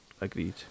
agreed